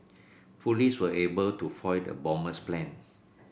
police were able to foil the bomber's plan